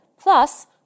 plus